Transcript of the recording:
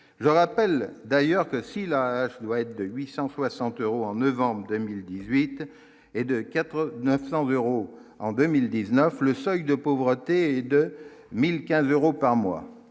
je rappelle d'ailleurs que si la loi est de 860 euros en 9 en 2018 et de 4 900 euros en 2019 le seuil de pauvreté et 2015 euros par mois